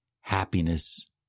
happiness